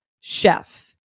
chef